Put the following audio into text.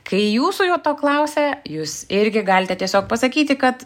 kai jūsų jo to klausia jūs irgi galite tiesiog pasakyti kad